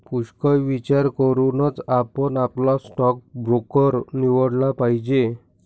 पुष्कळ विचार करूनच आपण आपला स्टॉक ब्रोकर निवडला पाहिजे